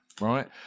right